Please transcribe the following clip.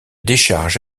décharge